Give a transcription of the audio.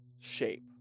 shape